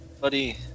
buddy